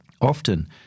Often